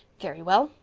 very well.